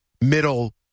middle